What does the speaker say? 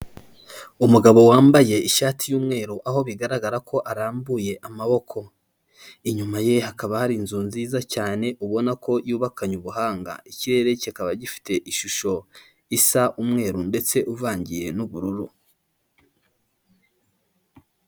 uUmugabo wambaye ishati y'umweru aho bigaragara ko arambuye amaboko, inyuma ye hakaba hari inzu nziza cyane ubona ko yubakanye ubuhanga, ikirere kikaba gifite ishusho isa umweru ndetse uvangiye n'ubururu.